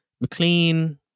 McLean